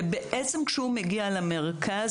כשהוא מגיע למרכז,